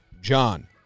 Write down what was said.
John